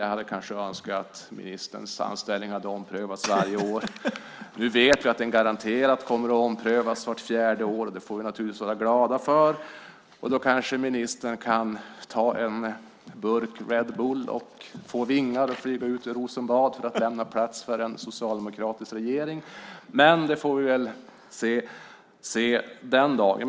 Jag hade kanske önskat att ministerns anställning hade omprövats varje år. Nu vet vi att den garanterat kommer att omprövas vart fjärde år, och det får vi naturligtvis vara glada för. Då kanske ministern kan ta en burk Red Bull och få vingar och flyga ut ur Rosenbad för att lämna plats för en socialdemokratisk regering. Det får vi väl se den dagen.